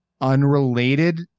Unrelated